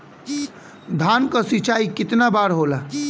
धान क सिंचाई कितना बार होला?